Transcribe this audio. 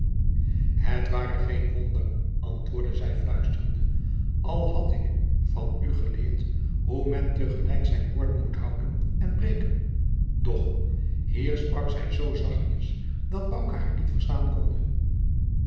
het ware geen wonder antwoordde zij fluisterende al had ik van u geleerd hoe men te gelijk zijn woord moet houden en breken doch hier sprak zij zoo zachtjens dat bouke haar niet verstaan konde